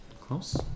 close